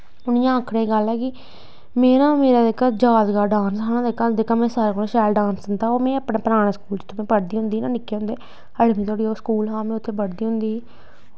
इ'यां आक्खने आह्ली गल्ल कि ऐ मेरा मेरा जेह्का जाग दा डांस हा ना जेह्का जेह्का में सारें कोला शैल कीता ते में ओह् में अपने पराने स्कूल जित्थें में पढ़दी होंदी निक्के होंदे अठमीं धोड़ी ओह् स्कूल हा में उत्थें पढ़दी होंदी ही